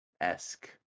esque